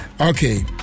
Okay